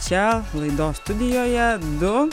čia laidos studijoje du